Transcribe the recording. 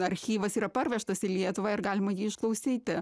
archyvas yra parvežtas į lietuvą ir galima jį išklausyti